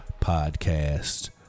Podcast